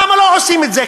למה לא עושים את זה?